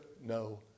no